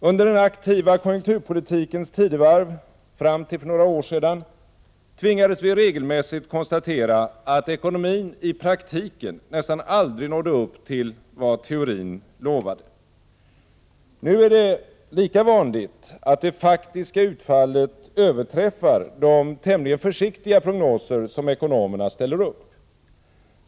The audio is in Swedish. Under den aktiva konjunkturpolitikens tidevarv fram till för några år sedan tvingades vi regelmässigt konstatera att ekonomin i praktiken nästan aldrig nådde upp till vad teorin lovade. Numera är det lika vanligt att det faktiska utfallet överträffar de tämligen försiktiga prognoser som ekonomerna ställer upp.